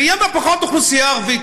ותהיה בה פחות אוכלוסייה ערבית,